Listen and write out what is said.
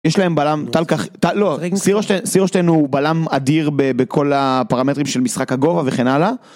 יש להם בלם, סירושטיין הוא בלם אדיר בכל הפרמטרים של משחק הגובה וכן הלאה